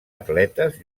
atletes